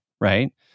right